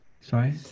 sorry